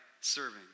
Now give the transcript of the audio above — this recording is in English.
serving